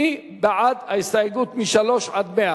מי בעד ההסתייגות מ-3 עד 100?